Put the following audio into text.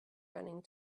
running